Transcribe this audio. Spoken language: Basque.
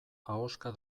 ahoska